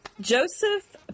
Joseph